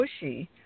pushy